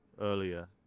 earlier